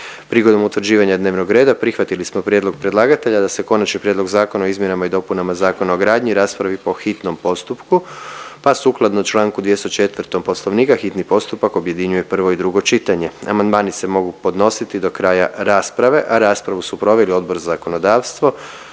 Prigodom utvrđivanja dnevnog reda prihvatili smo prijedlog predlagatelja da se Konačni prijedlog Zakona o izmjenama i dopunama Zakona o gradnji raspravi po hitnom postupku, pa sukladno čl. 204. Poslovnika hitni postupak objedinjuje prvo i drugo čitanje. Amandmani se mogu podnositi do kraja rasprave, a raspravu su proveli Odbor za zakonodavstvo,